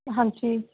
ਹਾਂਜੀ